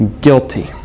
guilty